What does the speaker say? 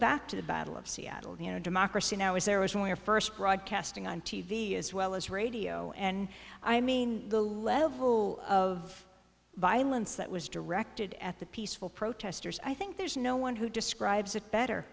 back to the battle of seattle you know democracy now is there was we're first broadcasting on t v as well as radio and i mean the level of violence that was directed at the peaceful protesters i think there's no one who describes it better